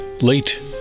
late